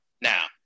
Now